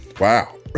wow